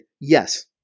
yes